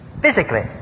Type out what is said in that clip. physically